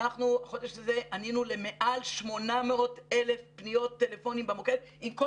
אנחנו החודש הזה ענינו למעל 800,000 פניות טלפוניות במוקד עם כל